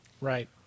Right